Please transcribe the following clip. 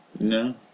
No